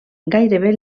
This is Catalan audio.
gairebé